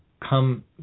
come